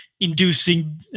inducing